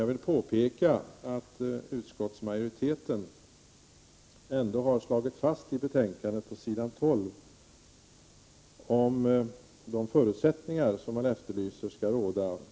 Jag vill då påpeka att utskottsmajoriteten på s. 12 i betänkandet ändå har slagit fast de förutsättningar som skall råda.